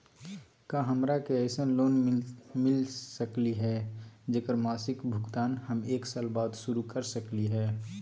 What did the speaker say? का हमरा के ऐसन लोन मिलता सकली है, जेकर मासिक भुगतान हम एक साल बाद शुरू कर सकली हई?